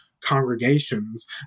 congregations